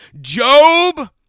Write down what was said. Job